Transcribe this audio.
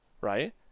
Right